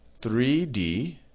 3d